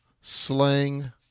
slang